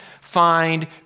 find